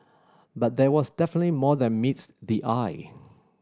but there was definitely more than meets the eye